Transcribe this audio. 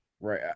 Right